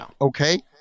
okay